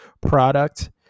product